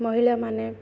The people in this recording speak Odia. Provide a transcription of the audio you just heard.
ମହିଳାମାନେ